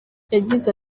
yagize